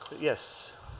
yes